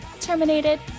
Terminated